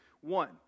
one